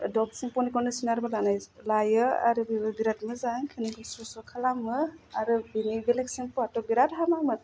Dove सेम्पुनि खन्डिसनारबो लानाय लायो आरो बिबो बिराद मोजां खानाइखौ स्र' स्र' खालामो आरो बिनि बेलेक सेम्पुवाथ' बिराद हामामोन